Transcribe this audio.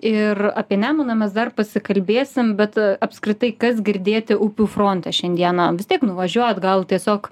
ir apie nemuną mes dar pasikalbėsim bet apskritai kas girdėti upių fronte šiandieną vis tiek nuvažiuojat gal tiesiog